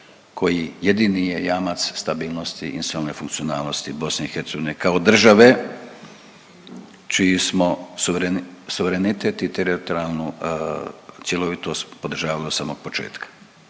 koji jedini je jamac stabilnosti institucionalne funkcionalnosti BiH kao države čiji smo suverenitet i teritorijalnu cjelovitost podržavali od samog početka.